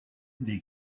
des